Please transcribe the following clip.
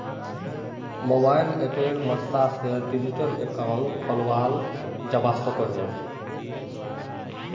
mobile अप्पेर मद्साद से डिजिटल अकाउंट खोलाल जावा सकोह